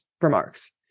remarks